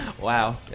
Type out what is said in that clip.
Wow